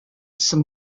some